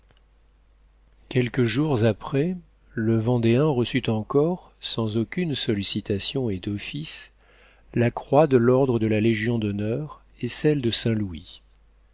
quelques jours après le vendéen reçut encore sans aucune sollicitation et d'office la croix de l'ordre de la légion-d'honneur et celle de saint-louis